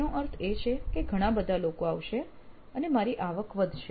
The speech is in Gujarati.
એનો અર્થ એ છે કે ઘણા બધા લોકો આવશે અને મારી આવક વધશે